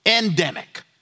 endemic